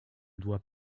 doit